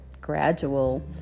gradual